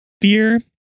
Fear